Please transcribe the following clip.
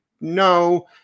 no